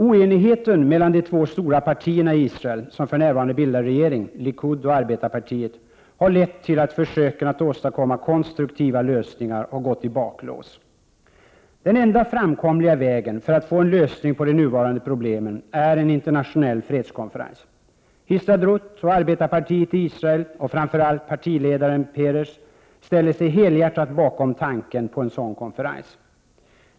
Oenigheten mellan de två stora partierna i Israel vilka bildar regering — Likud och arbetarpartiet — har lett till att försöken att åstadkomma konstruktiva lösningar har gått i baklås. Den enda framkomliga vägen för att få en lösning av de nuvarande problemen till stånd är en internationell fredskonferens. Histadrut och arbetarpartiet i Israel, framför allt partiledaren Peres, ställer sig helhjärtat bakom tanken på en sådan konferens.